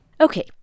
Okay